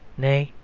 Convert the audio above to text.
nay,